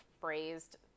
phrased